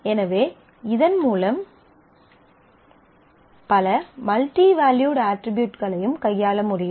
எனவே இதன் மூலம் நாம் பல மல்டி வேல்யூட் அட்ரிபியூட்களையும் கையாள முடியும்